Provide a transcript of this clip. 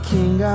King